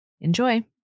Enjoy